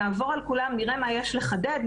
ונעבור על כולם ונראה מה יש לחדד,